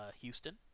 Houston